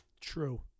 True